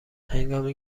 هنگامی